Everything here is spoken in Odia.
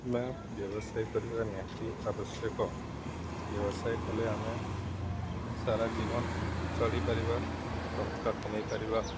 ଆମେ ବ୍ୟବସାୟ କରିବା ନିହାତି ଆବଶ୍ୟକ ବ୍ୟବସାୟ କଲେ ଆମେ ସାରା ଜୀବନ ଚଳିପାରିବା ଟଙ୍କା କମେଇପାରିବା